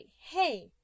hey